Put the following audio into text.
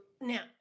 Now